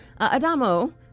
Adamo